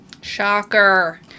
Shocker